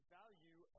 value